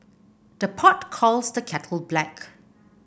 the pot calls the kettle black